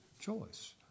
choice